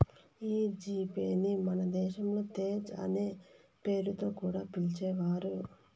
ఈ G Pay ని మన దేశంలో తేజ్ అనే పేరుతో కూడా పిలిచేవారు